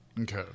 okay